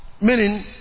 Meaning